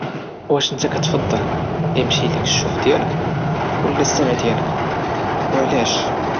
واش نتا كتفضل يمشي ليك الشوف ديالك ولا السمع ديالك وعلاش؟